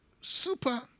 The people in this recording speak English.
super